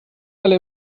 alle